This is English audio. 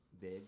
big